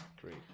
Great